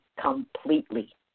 completely